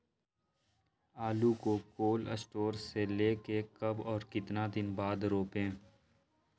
आलु को cold storage से ले के कब और कितना दिन बाद रोपे?